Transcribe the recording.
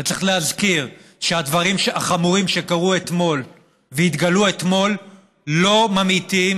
אז צריך להזכיר שהדברים החמורים שקרו אתמול והתגלו אתמול לא ממעיטים